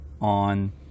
on